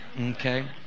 Okay